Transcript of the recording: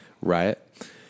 riot